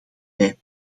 bij